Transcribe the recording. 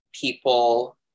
people